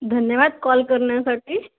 धन्यवाद कॉल करण्यासाठी